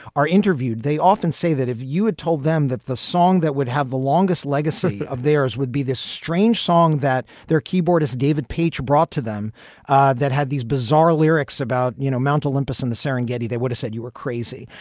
are interviewed, they often say that if you had told them that the song that would have the longest legacy of theirs would be this strange song that their keyboardist david p h brought to them that had these bizarre lyrics about, you know, mount olympus in the serengeti, they would've said you were crazy.